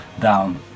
down